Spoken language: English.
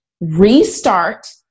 restart